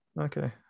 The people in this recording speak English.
Okay